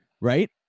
right